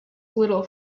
little